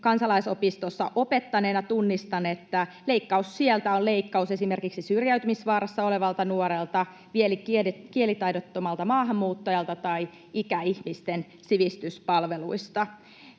kansalaisopistossa opettaneena tunnistan, että leikkaus sieltä on leikkaus esimerkiksi syrjäytymisvaarassa olevalta nuorelta, kielitaidottomalta maahanmuuttajalta tai ikäihmisten sivistyspalveluista.